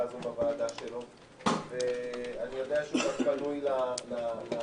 בוועדה שלו ואני יודע שהוא --- למשימה,